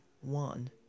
one